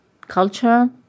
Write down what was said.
culture